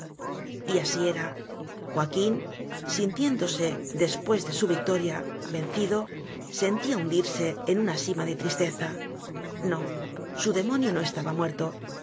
está y así era joaquín sintiéndose después de su victoria vencido sentía hundirse en una sima de tristeza no su demonio no estaba muerto